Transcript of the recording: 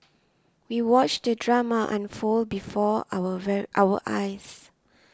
we watched the drama unfold before our our eyes